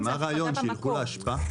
אז מה הרעיון, שילכו לאשפה?